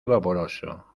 vaporoso